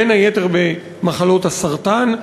בין היתר במחלות הסרטן,